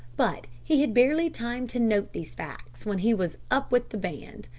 but he had barely time to note these facts when he was up with the band.